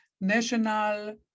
National